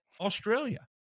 Australia